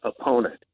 opponent